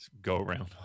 go-around